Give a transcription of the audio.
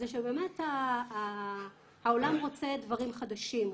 זה שבאמת העולם רוצה דברים חדשים,